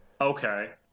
Okay